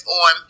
on